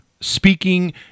speaking